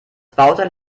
bauteil